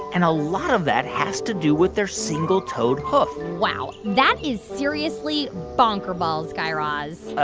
and a lot of that has to do with their single-toed hoof wow. that is seriously bonkerballs, guy raz.